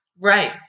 Right